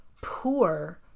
poor